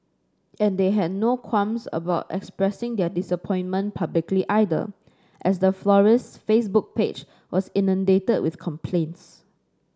and they had no qualms about expressing their disappointment publicly either as the florist's Facebook page was inundated with complaints